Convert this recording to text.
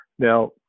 Now